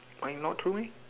why not true meh